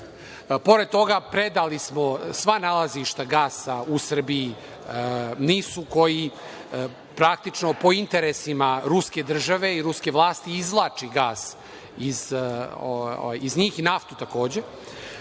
Pored toga, predali smo sva nalazišta gasa u Srbiji NIS-u koji praktično po interesima ruske države i ruske vlasti izvlači gas i naftu, takođe,